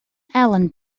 allen